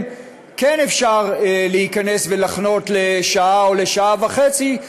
אלה שבהם כן אפשר להיכנס ולחנות לשעה או לשעה וחצי,